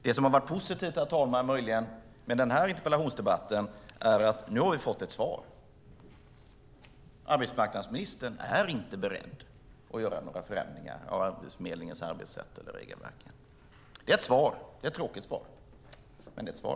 Det som möjligen har varit positivt med den här interpellationsdebatten, herr talman, är att vi nu fått ett svar. Arbetsmarknadsministern är inte beredd att göra några förändringar av Arbetsförmedlingens arbetssätt eller av regelverken. Det är ett svar. Det är ett tråkigt svar, men det är ett svar.